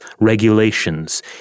regulations